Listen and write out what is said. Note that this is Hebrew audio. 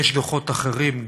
יש דוחות אחרים,